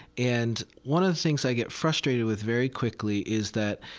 and one of the things i get frustrated with very quickly is that,